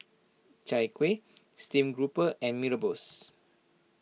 Chai Kuih Stream Grouper and Mee Rebus